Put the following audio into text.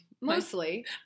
Mostly